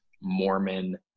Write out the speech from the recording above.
Mormon